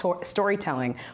storytelling